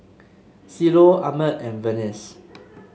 Cielo Ahmed and Vernice